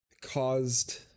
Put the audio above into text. caused